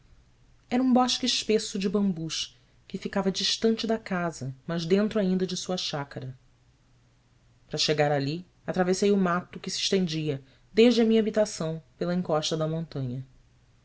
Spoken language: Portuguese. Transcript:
era um bosque espesso de bambus que ficava distante da casa mas dentro ainda de sua chácara para chegar ali atravessei o mato que se estendia desde a minha habitação pela encosta da montanha